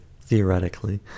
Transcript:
Theoretically